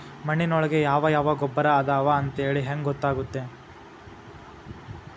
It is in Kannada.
ಮಣ್ಣಿನೊಳಗೆ ಯಾವ ಯಾವ ಗೊಬ್ಬರ ಅದಾವ ಅಂತೇಳಿ ಹೆಂಗ್ ಗೊತ್ತಾಗುತ್ತೆ?